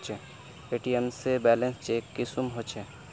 ATM से balance check कुंसम होचे?